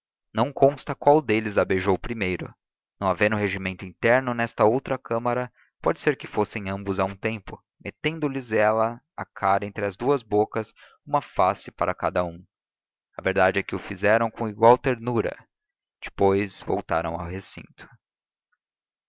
não consta qual deles a beijou primeiro não havendo regimento interno nesta outra câmara pode ser que fossem ambos a um tempo metendo lhes ela a cara entre as bocas uma face para cada um a verdade é que o fizeram com igual ternura depois voltaram ao recinto